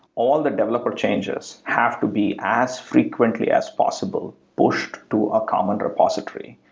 all the developer changes have to be as frequently as possible pushed to a common repository.